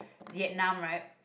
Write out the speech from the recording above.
Vietnam right